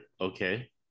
okay